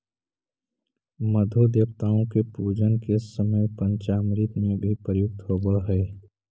मधु देवताओं के पूजन के समय पंचामृत में भी प्रयुक्त होवअ हई